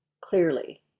clearly